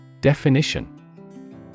Definition